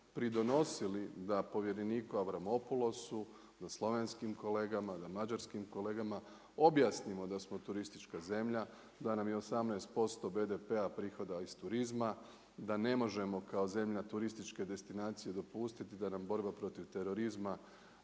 pridonosili da povjereniku Avramopoulosu, da slovenskim kolegama, da mađarskim kolegama objasnimo da smo turistička zemlja, da nam je 18% BDP-a prihoda iz turizma, da ne možemo kao zemlja turističke destinacije dopustiti da nam borba protiv terorizma